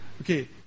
Okay